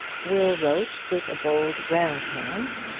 will wrote with a bold round hand,